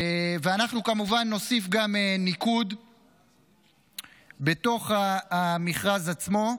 ואנחנו, כמובן, נוסיף גם ניקוד בתוך המכרז עצמו.